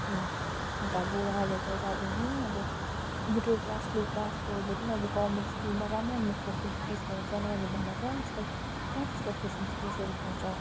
अँ अन्त अब उहाँले गर्दा अब हुन्छ नि अब मिडल क्लास लो क्लासकोहरूले पनि गभर्मेन्ट स्कुलमा राम्रो राम्रो फेसिलिटीज पाउँछ न भने भन त आजकल कहाँ त्यस्तो फेसिलिटीजहरू पाउँछ